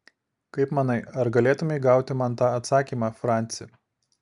kaip manai ar galėtumei gauti man tą atsakymą franci